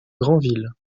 granville